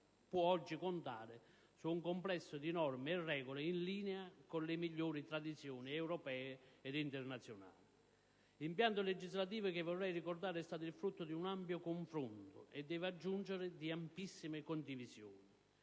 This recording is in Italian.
può oggi contare su un complesso di norme e regole in linea con le migliori tradizioni europee ed internazionali. Impianto legislativo che, vorrei ricordare, è stato il frutto di un ampio confronto, e devo aggiungere, di amplissime condivisioni.